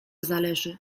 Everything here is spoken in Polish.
zależy